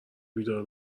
بیدار